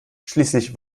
schließlich